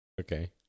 Okay